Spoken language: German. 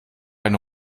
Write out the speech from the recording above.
ein